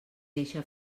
deixa